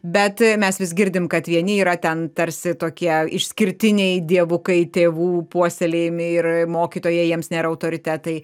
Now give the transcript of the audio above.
bet mes vis girdim kad vieni yra ten tarsi tokie išskirtiniai dievukai tėvų puoselėjami ir mokytojai jiems nėra autoritetai